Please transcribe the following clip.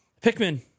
Pikmin